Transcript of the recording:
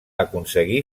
aconseguir